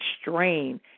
strain